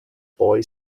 boy